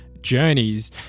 journeys